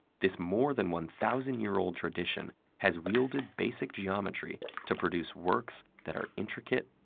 this more than one thousand year old tradition has wielded basic geometry to produce works that are intricate,